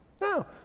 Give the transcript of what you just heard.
No